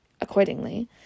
accordingly